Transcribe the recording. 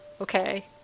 okay